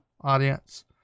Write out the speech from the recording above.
audience